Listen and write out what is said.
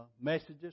messages